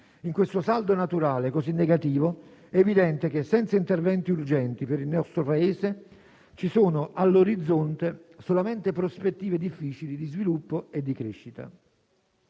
In questo saldo naturale così negativo, è evidente che, senza interventi urgenti per il nostro Paese, ci sono all'orizzonte solamente prospettive difficili di sviluppo e di crescita.